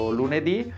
lunedì